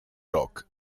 rok